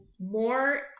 more